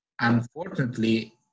unfortunately